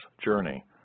journey